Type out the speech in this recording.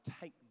take